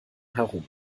herum